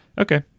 Okay